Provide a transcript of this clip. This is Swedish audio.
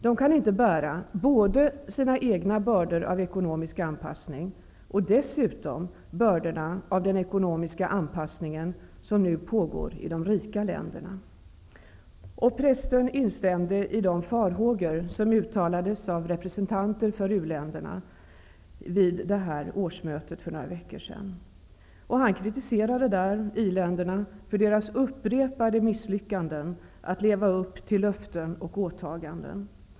De kan inte bära både sina egna bördor av ekonomisk anpassning och dessutom bördorna av den ekonomiska anpassningen som nu pågår i de rika länderna.'' Lewis Preston instämde i de farhågor som uttalades av representanter från utvecklingsländerna när banken och Internationella valutafonden samlades till sitt årliga möte för några veckor sedan. Han kritiserade de industrialiserade länderna för deras upprepade misslyckanden att leva upp till löften och åtaganden.